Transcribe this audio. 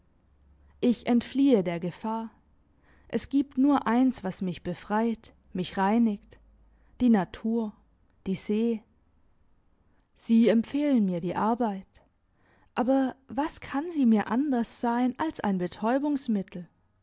ich entfliehe der gefahr es gibt nur eins was mich befreit mich reinigt die natur die see sie empfehlen mir die arbeit aber was kann sie mir anders sein als ein betäubungsmittel